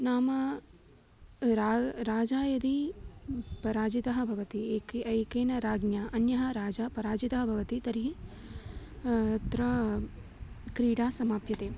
नाम राजा राजा यदि पराजितः भवति एकेन एकेन राज्ञा अन्यः राजा पराजितः भवति तर्हि तत्र क्रीडा समाप्यते